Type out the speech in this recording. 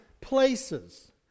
places